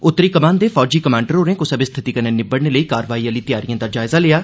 उत्तरी कमान दे फौजी कमांडर होरें कुसा बी स्थिति कन्नै निब्बड़ने लेई कार्रवाई आह्ली तैयारिए दा जायजा लेआ